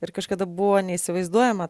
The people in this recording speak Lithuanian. ir kažkada buvo neįsivaizduojama